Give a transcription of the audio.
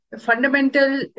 fundamental